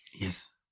Yes